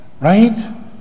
Right